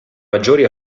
maggiori